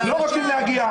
אבל לא רוצים להגיע.